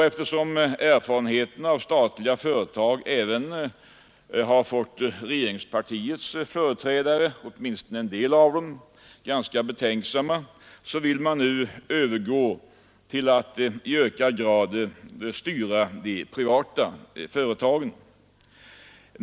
Eftersom erfarenheterna av statliga företag även har fått regeringspartiets företrädare, åtminstone en del av dem, ganska betänksamma vill man nu övergå till att i ökad grad styra de privata företagen.